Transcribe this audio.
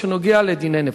שנוגע לדיני נפשות.